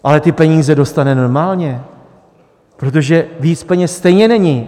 Ale ty peníze dostane normálně, protože víc peněz stejně není.